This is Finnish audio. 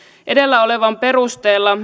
edellä olevan perusteella